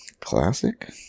classic